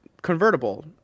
convertible